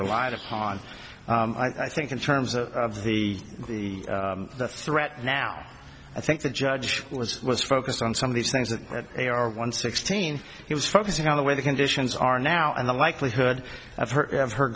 relied upon i think in terms of the the threat now i think the judge was was focused on some of these things that they are one sixteen he was focusing on the way the conditions are now and the likelihood of her h